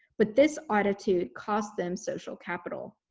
but this attitude cost them social capital.